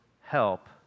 help